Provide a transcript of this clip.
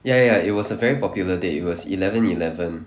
ya ya ya it was a very popular day it was eleven eleven